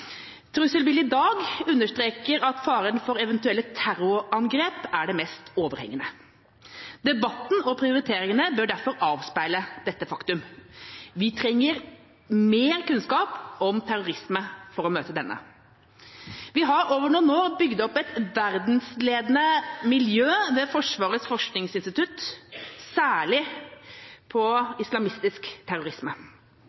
i dag understreker at faren for eventuelle terrorangrep er det mest overhengende. Debatten og prioriteringene bør derfor avspeile dette faktum. Vi trenger mer kunnskap om terrorisme for å møte denne. Vi har over noen år bygd opp et verdensledende miljø ved Forsvarets forskningsinstitutt, særlig